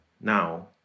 now